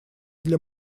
для